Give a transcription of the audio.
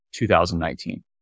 2019